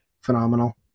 phenomenal